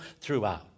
throughout